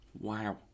Wow